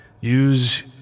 use